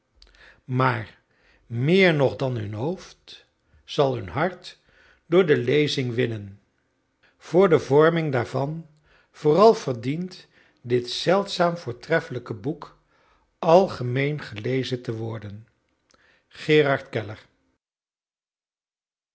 maar meer nog dan hun hoofd zal hun hart door de lezing winnen voor de vorming daarvan vooral verdient dit zeldzaam voortreffelijke boek algemeen gelezen te worden gerard keller